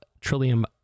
Trillium